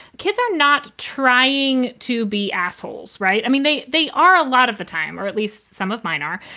kids are not trying to be assholes, right? i mean, they they are a lot of the time, or at least some of mine are.